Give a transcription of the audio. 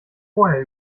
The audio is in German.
vorher